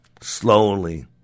Slowly